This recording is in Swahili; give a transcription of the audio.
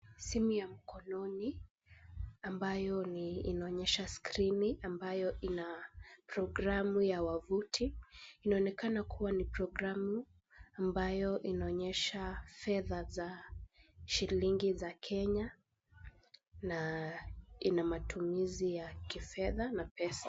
Simu ya mkononi ambayo ni inaonyesha skrini ambayo ina programu ya wavuti. Inaonekana kuwa ni programu ambayo inaonyesha fedha za shilingi za Kenya na ina matumizi ya kifedha na pesa.